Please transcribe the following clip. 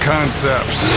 Concepts